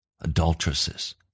adulteresses